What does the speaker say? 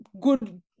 good